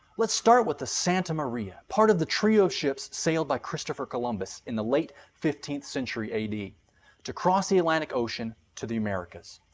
let's start with the santa maria. part of the trio of ships sailed by christopher columbus in the late fifteenth century ad to cross the atlantic ocean to the americas.